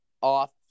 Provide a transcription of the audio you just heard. off